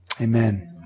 Amen